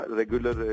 regular